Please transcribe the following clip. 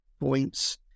points